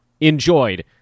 enjoyed